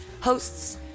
hosts